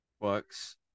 Bucks